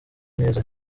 ineza